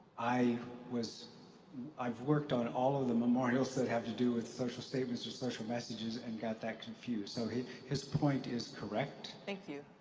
i was i've worked on all of the memorials that have to do with social statements and social messages and got that confused so his his point is correct. thank you.